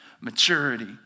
maturity